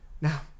Now